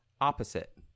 opposite